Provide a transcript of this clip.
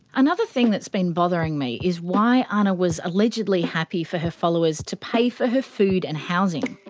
another thing that's been bothering me is why ana was allegedly happy for her followers to pay for her food and housing.